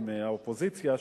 מהאופוזיציה,